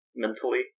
mentally